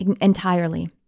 entirely